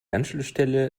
anschlussstelle